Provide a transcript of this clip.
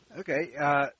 Okay